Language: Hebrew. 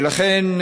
לכן,